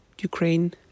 Ukraine